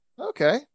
Okay